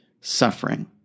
suffering